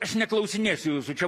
aš neklausinėsiu jūsų čia